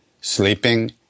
sleeping